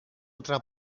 otra